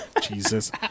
Jesus